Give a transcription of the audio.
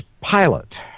pilot